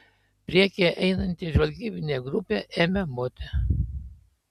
priekyje einanti žvalgybinė grupė ėmė moti